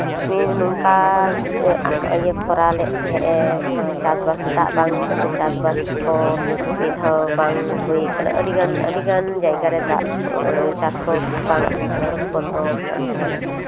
ᱱᱤᱭᱟᱹ ᱱᱚᱝᱠᱟ ᱠᱷᱚᱨᱟ ᱞᱮᱫ ᱛᱟᱦᱮᱸᱜᱼᱮ ᱪᱟᱥᱼᱵᱟᱥ ᱫᱟᱜ ᱵᱟᱝ ᱦᱚᱛᱮᱜ ᱛᱮ ᱪᱟᱥᱼᱵᱟᱥ ᱠᱚ ᱢᱤᱫ ᱫᱷᱟᱣ ᱵᱟᱝ ᱦᱩᱭ ᱠᱟᱱᱟ ᱟᱹᱰᱤ ᱜᱟᱱ ᱟᱹᱰᱤ ᱜᱟᱱ ᱡᱟᱭᱜᱟ ᱨᱮ ᱫᱟᱜ ᱪᱟᱥ ᱠᱚ ᱵᱟᱝ ᱦᱩᱭ ᱠᱟᱱᱟ ᱵᱚᱱᱫᱚ ᱠᱟᱱ ᱛᱟᱦᱮᱸᱜ